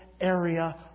area